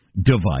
Device